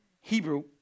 Hebrew